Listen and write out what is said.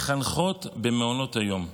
מחנכות במעונות היום,